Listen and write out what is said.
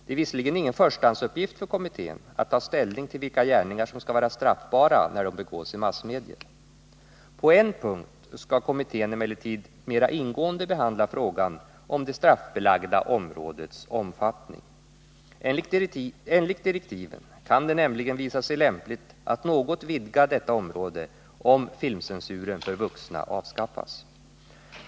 Det är visserligen ingen förstahandsuppgift för kommittén att ta ställning till vilka gärningar som skall vara straffbara när de begås i massmedier. På en punkt skall kommittén emellertid mera ingående behandla frågan om det straffbelagda områdets omfattning. Enligt direktiven kan det nämligen visa sig lämpligt att något vidga detta område, om filmcensuren för vuxna avskaffas.